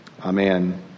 amen